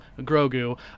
grogu